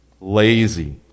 Lazy